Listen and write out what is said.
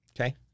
Okay